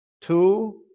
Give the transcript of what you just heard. two